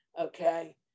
Okay